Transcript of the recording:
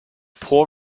poor